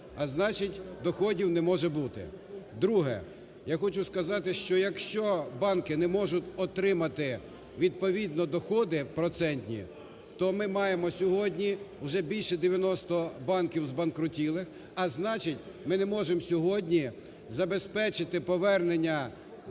а значить доходів не може бути. Друге. Я хочу сказати, що якщо банки не можуть отримати відповідно доходи процентні, то ми маємо сьогодні вже більше 90 банків збанкрутілих, а значить, ми не можемо сьогодні забезпечити повернення